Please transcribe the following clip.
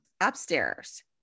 Upstairs